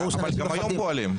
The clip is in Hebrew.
אבל גם היום פועלים.